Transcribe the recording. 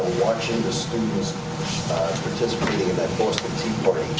watching the students participate in that boston tea party